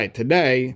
today